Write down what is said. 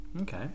Okay